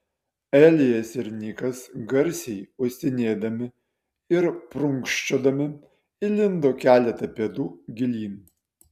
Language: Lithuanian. elijas ir nikas garsiai uostinėdami ir prunkščiodami įlindo keletą pėdų gilyn